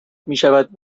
میشود